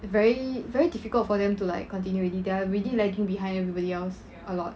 very very difficult for them to like continue already they are really lagging behind everybody else a lot